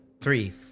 three